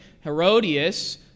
Herodias